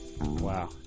Wow